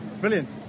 Brilliant